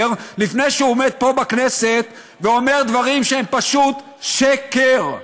לפני שהוא עומד פה בכנסת ואומר דברים שהם פשוט שקר.